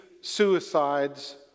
suicides